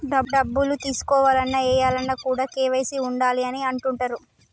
డబ్బులు తీసుకోవాలన్న, ఏయాలన్న కూడా కేవైసీ ఉండాలి అని అంటుంటరు